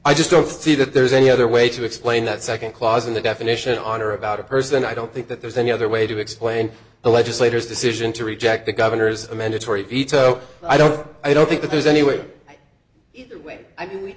i just don't see that there's any other way to explain that nd clause in the definition on or about a person i don't think that there's any other way to explain the legislators decision to reject the governor's a mandatory veto i don't i don't think there's any way either way i mean we